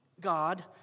God